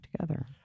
together